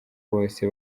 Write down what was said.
bose